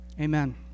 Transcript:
Amen